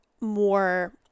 more